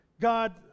God